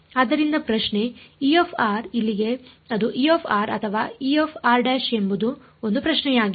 ಆದ್ದರಿಂದ ಪ್ರಶ್ನೆ ಇಲ್ಲಿಗೆ ಅದು ಅಥವಾ ಎಂಬುದು ಒಂದು ಪ್ರಶ್ನೆಯಾಗಿದೆ